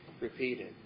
repeated